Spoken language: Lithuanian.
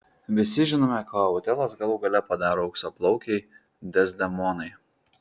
visi žinome ką otelas galų gale padaro auksaplaukei dezdemonai